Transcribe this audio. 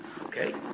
Okay